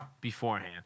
beforehand